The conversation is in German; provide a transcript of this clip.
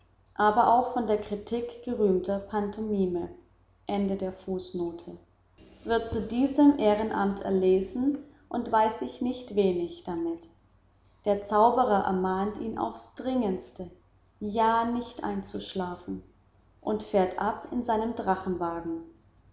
aber auch von der kritik gerühmter pantomime gespielt wird zu diesem ehrenamt erlesen und weiß sich nicht wenig damit der zauberer ermahnt ihn auf's dringendste ja nicht einzuschlafen und fährt ab in seinem